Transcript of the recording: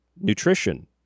nutrition